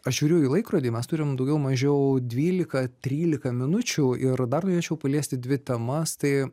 aš žiūriu į laikrodį mes turim daugiau mažiau dvylika trylika minučių ir dar norėčiau paliesti dvi temas tai